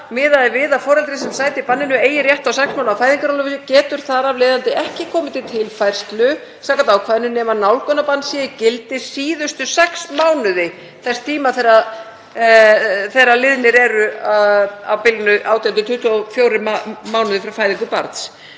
„Miðað við að foreldrið sem sætir banninu eigi rétt á sex mánaða fæðingarorlofi getur þar af leiðandi ekki komið til tilfærslu samkvæmt ákvæðinu nema nálgunarbann sé í gildi síðustu sex mánuði þess tíma, þ.e. þegar liðnir eru á bilinu 18–24 mánuðir frá fæðingu barns